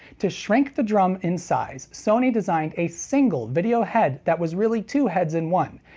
to shrink the drum in size, sony designed a single video head that was really two heads in one,